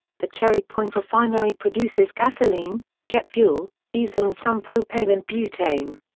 the cherry point refinery produces gasoline, jet fuel, diesel and some propane and butane.